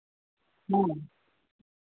ᱦᱮᱸ